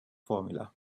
formula